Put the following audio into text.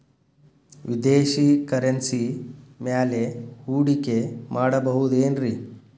ವಿದೇಶಿ ಕರೆನ್ಸಿ ಮ್ಯಾಲೆ ಹೂಡಿಕೆ ಮಾಡಬಹುದೇನ್ರಿ?